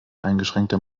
eingeschränkter